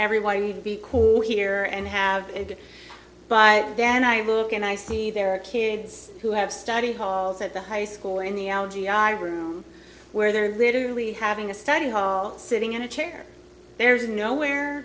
everyone to be here and have it but then i look and i see there are kids who have study halls at the high school in the allergy i room where there are literally having a study hall sitting in a chair there's nowhere